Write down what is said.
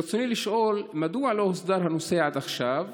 ברצוני לשאול: 1. מדוע לא הוסדר הנושא עד עכשיו?